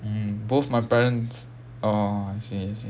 mm both my parents oh I see I see